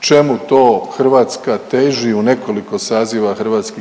čemu to Hrvatska teži u nekoliko saziva HS,